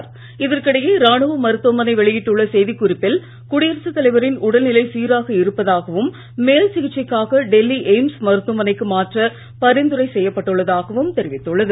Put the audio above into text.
வெளியிட்டுள்ள இதற்கிடையே ராணுவ மருத்துவமனை செய்திக்குறிப்பில் குடியரசு தலைவாின் உடல் நிலை சீராக இருப்பதாகவும் மேல் சிகிச்சைக்காக டெல்லி எய்ம்ஸ் மருத்துவமனைக்கு மாற்ற பாிந்துரை செய்யப்பட்டுள்ளதாகவும் தெரிவித்துள்ளது